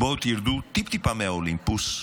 בואו תרדו טיפ-טיפה מהאולימפוס.